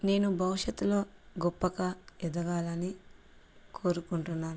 నేను భవిష్యత్తులో గొప్పగా ఎదగాలని కోరుకుంటున్నాను